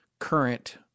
current